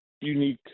unique